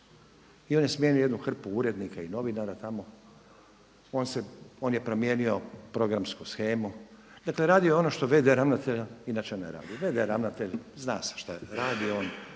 I on je smijenio jednu hrpu urednika i novinara tamo. On je promijenio programsku shemu, dakle radio je ono što v.d. ravnatelja inače ne radi. V.d. ravnatelj za se šta radi, on